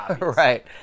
Right